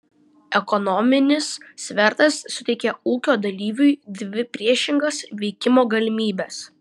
ekonominis svertas suteikia ūkio dalyviui dvi priešingas veikimo galimybes